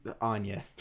Anya